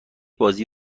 بازی